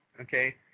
okay